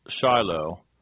Shiloh